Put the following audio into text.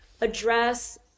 address